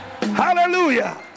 hallelujah